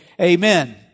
Amen